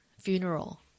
funeral